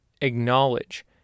acknowledge